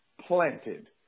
planted